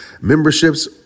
memberships